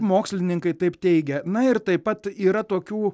mokslininkai taip teigia na ir taip pat yra tokių